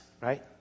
right